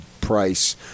price –